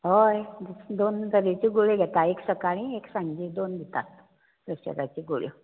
हय दोन तरेच्यो गुळयो घेता एका सकाळीं एक सांजे दोन घेता प्रॅशराच्यो गुळयो